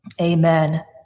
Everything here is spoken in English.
Amen